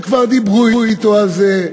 וכבר דיברו אתו על זה.